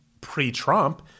pre-Trump